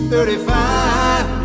Thirty-five